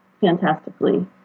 fantastically